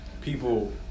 people